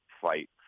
fight